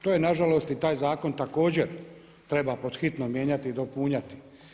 To je na žalost i taj zakon također treba pod hitno mijenjati i dopunjati.